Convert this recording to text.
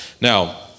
Now